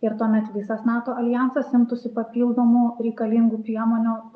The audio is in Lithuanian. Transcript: ir tuomet visas nato aljansas imtųsi papildomų reikalingų priemonių